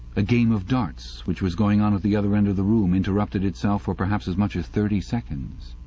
a game of darts which was going on at the other end of the room interrupted itself for perhaps as much as thirty seconds.